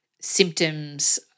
symptoms